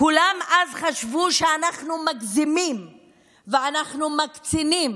כולם אז חשבו שאנחנו מגזימים ואנחנו מקצינים.